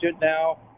now